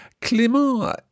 Clément